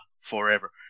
Forever